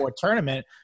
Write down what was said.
tournament